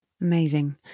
Amazing